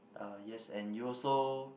uh yes and you also